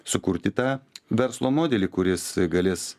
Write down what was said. sukurti tą verslo modelį kuris galės